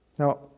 Now